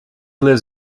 lives